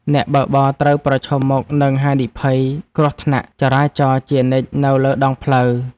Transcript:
អ្នកបើកបរត្រូវប្រឈមមុខនឹងហានិភ័យគ្រោះថ្នាក់ចរាចរណ៍ជានិច្ចនៅលើដងផ្លូវ។